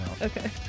Okay